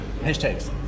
Hashtags